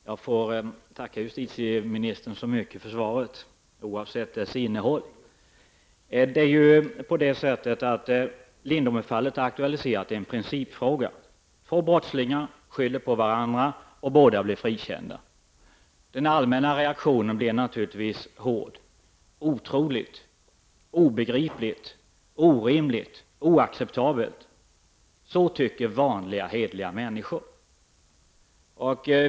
Herr talman! Jag får tacka justitieministern för svaret oavsett dess innehåll. Lindomefallet har aktualiserat en principfråga. Två brottslingar skyller på varandra, och båda blir frikända. Den allmänna reaktionen blir naturligtvis hård. Otroligt, obegripligt, orimligt och oacceptabelt tycker vanliga hederliga människor.